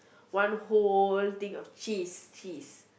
one whole thing of cheese cheese